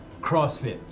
crossfit